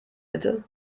bitte